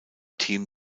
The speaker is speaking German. team